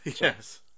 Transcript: Yes